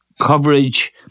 coverage